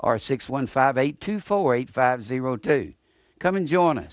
r six one five eight two four eight five zero to come and jo